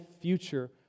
future